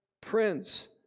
prince